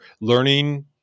learning